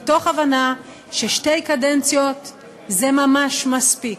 מתוך הבנה ששתי קדנציות זה ממש מספיק.